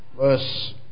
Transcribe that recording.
verse